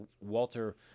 Walter